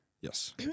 Yes